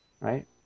right